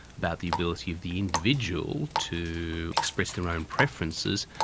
about the ability of the individual to express their own preferences,